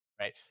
right